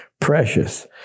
Precious